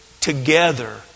together